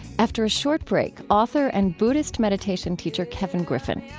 after a short break, author and buddhist meditation teacher kevin griffin.